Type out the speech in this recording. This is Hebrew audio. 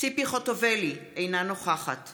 ציפי חוטובלי, אינה נוכחת